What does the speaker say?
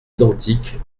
identiques